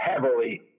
heavily